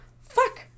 fuck